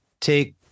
take